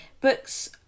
books